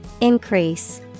Increase